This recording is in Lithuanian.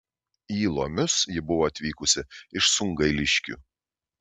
į lomius ji buvo atvykusi iš sungailiškių